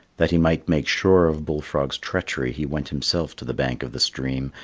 that he might make sure of bull frog's treachery he went himself to the bank of the stream,